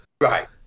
Right